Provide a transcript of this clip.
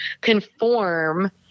conform